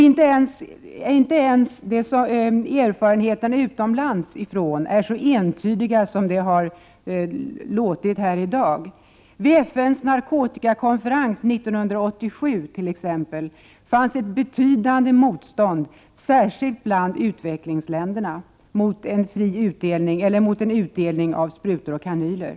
Inte ens erfarenheterna från utlandet är så entydiga som det har låtit här i dag. Vid FN:s narkotikakonferens 1987 t.ex. fanns ett betydande motstånd särskilt bland utvecklingsländerna mot utdelning av sprutor och kanyler.